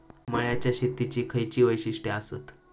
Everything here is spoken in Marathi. मळ्याच्या शेतीची खयची वैशिष्ठ आसत?